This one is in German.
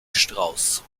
strauss